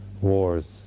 wars